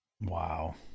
Wow